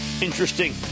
Interesting